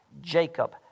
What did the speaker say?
Jacob